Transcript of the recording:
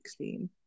16